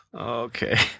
Okay